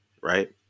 Right